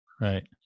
Right